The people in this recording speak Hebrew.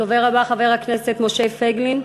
הדובר הבא, חבר הכנסת משה פייגלין.